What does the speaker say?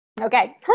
okay